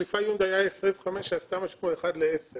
היא מחליפה יונדאי 20i שעשתה משהו כמו אחד לעשר